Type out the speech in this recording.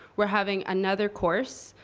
we're having another course,